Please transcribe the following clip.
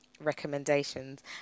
recommendations